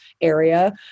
area